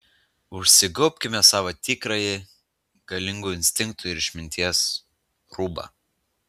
užsigaubkime savo tikrąjį galingų instinktų ir išminties rūbą